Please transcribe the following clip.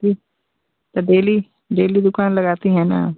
ठीक तो daily daily दुकान लगाती हैं न